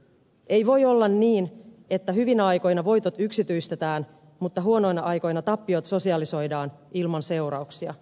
ei voi olla niin että hyvinä aikoina voitot yksityistetään mutta huonoina aikoina tappiot sosialisoidaan ilman seurauksia